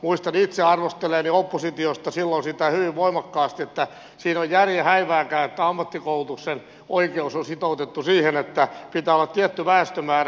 muistan itse arvostelleeni oppositiosta silloin sitä hyvin voimakkaasti mielestäni siinä ei ollut järjen häivääkään että ammattikoulutuksen oikeus olisi sitoutettu siihen että pitää olla tietty väestömäärä